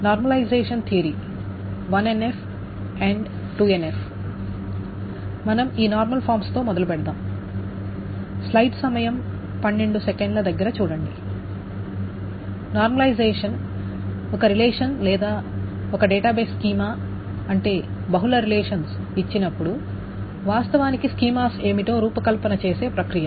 normalisation ఒక relation లేదా ఒక డేటాబేస్ స్కీమా అంటే బహుళ రిలేషన్స్ ఇచ్చినప్పుడు వాస్తవానికి స్కీమాస్ ఏమిటో రూపకల్పన చేసే ప్రక్రియ